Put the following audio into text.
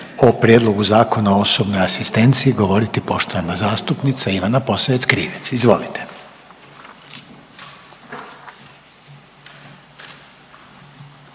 o Prijedlogu Zakona o osobnoj asistenciji govoriti poštovana zastupnica Ivana Posavec Krivec. Izvolite.